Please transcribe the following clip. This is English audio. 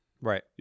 Right